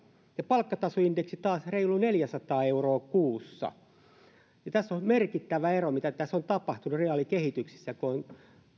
ja palkkatasoindeksi taas reilu neljäsataa euroa kuussa niin tässä on merkittävä ero mitä tässä on tapahtunut reaalikehityksessä kun on